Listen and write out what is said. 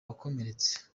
wakomeretse